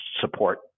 support